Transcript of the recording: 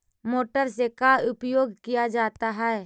Motor से का उपयोग क्या जाता है?